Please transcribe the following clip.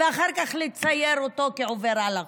ואחר כך לצייר אותו כעובר על החוק.